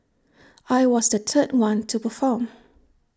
I was the third one to perform